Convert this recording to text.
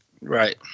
Right